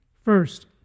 First